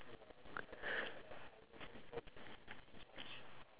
like sorry kopitiam and bagus but ya